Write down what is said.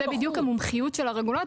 זוהי בדיוק המומחיות של הרגולטור.